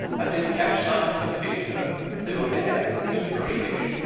i did catch sight of her feet, though they were bare, they were greenish,